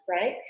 right